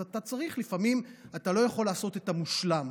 אתה לא יכול לעשות את המושלם,